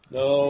no